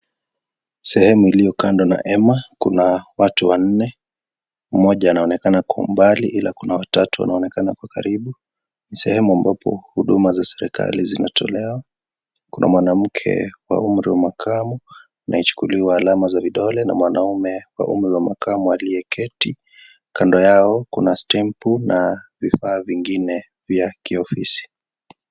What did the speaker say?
Sehemu iliyo kando na hema kuna watu wanne, mmoja anaonekana kwa umbali ila kuna watatu wanaonekana kwa karibu. Ni sehemu ambapo huduma za serikali zinatolewa. Kuna mwanamke wa umri wa makamu anayechukuliwa alama za vidole na mwanamume wa umri wa makamu aliyeketi. Kando yao kuna stempu na vifaa vingine vya kiofisi.